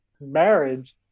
marriage